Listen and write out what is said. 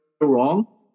wrong